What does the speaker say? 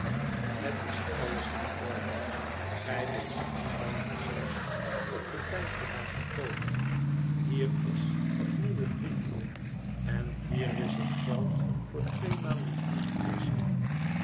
het is alles in orde gij behoeft niet bang te zijn om de pijp te laten komen hier is het nieuwe briefje en hier is het geld voor twee maanden interest